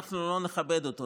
אנחנו לא נכבד אותו.